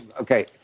Okay